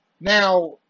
Now